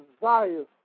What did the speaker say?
desires